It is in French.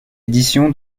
édition